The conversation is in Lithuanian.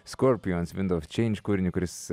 scorpions wind of change kūrinį kuris